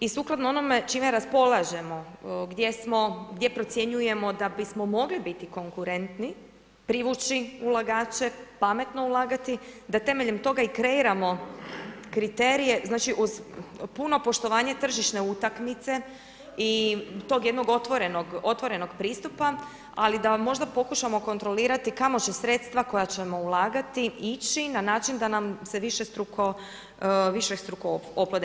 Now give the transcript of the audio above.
I sukladno onome čime raspolažemo, gdje procjenjujemo da bismo mogli biti konkurentni privući ulagače, pametno ulagati, da temeljem toga i kreiramo kriterije, znači uz puno poštovanje tržišne utakmice i tog jednog otvorenog pristupa, ali da možda pokušamo kontrolirati kamo će sredstva koja ćemo ulagati ići na način da nam se višestruko oplode.